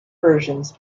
versions